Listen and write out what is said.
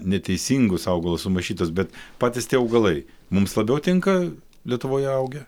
neteisingus augalus sumaišytus bet patys tie augalai mums labiau tinka lietuvoje augę